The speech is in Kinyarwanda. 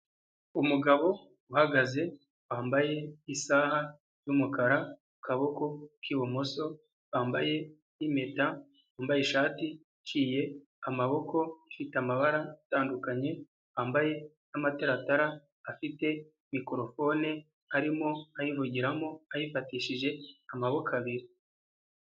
Umugabo uhagaze, wambaye isaha y'umukara, ku kaboko k'ibumoso, wambaye n'impeta, yambaye ishati iciye amaboko, ifite amabara atandukanye, yambaye n'amataratara, afite mikorofone, arimo ayivugiramo, ayifatishije amaboko abiri.